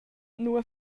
nua